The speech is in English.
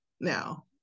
now